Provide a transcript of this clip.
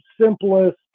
simplest